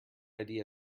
idea